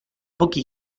pochi